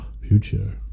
future